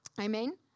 Amen